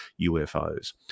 UFOs